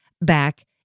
back